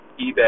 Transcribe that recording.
eBay